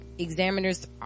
examiner's